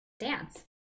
Dance